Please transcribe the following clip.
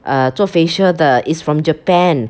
err 做 facial 的 it's from Japan